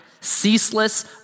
Ceaseless